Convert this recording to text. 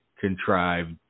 contrived